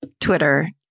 Twitter